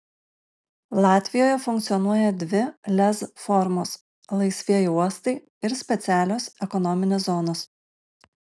latvijoje funkcionuoja dvi lez formos laisvieji uostai ir specialios ekonominės zonos